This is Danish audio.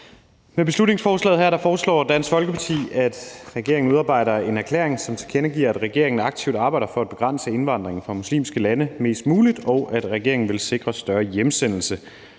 Med beslutningsforslaget her foreslår Dansk Folkeparti, at regeringen udarbejder en erklæring, som tilkendegiver, at regeringen aktivt arbejder for at begrænse indvandringen fra muslimske lande mest muligt, og at regeringen vil sikre et større antal hjemsendelser